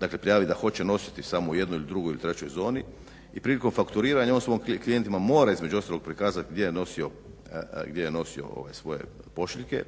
dakle prijavili da hoće nositi samo u jednoj ili drugoj, trećoj zoni i prilikom fakturiranja on svojim klijentima mora između ostalog pokazati gdje je nosio svoje pošiljke